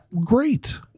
great